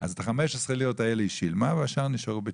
אז את ה-15 לירות האלה היא שילמה והשאר נשארו בצ'קים.